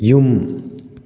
ꯌꯨꯝ